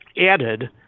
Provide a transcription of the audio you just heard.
added